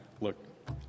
look